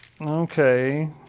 Okay